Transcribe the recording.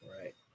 Right